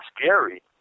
scary